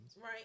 right